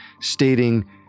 stating